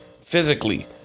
Physically